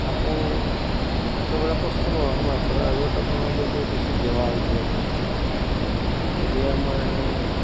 আকৌ একেবাৰে কষ্ট নোহোৱাকৈ মাছ ধৰাৰ আৰু এটা প্ৰণালী আছে সেইটো হৈছে দেৱা দিয়াৰ ব্যৱস্থাটো এতিয়া আমাৰ